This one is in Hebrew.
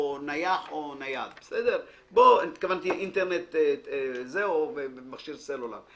או נייח או נייד התכוונתי אינטרנט או במכשיר סלולר.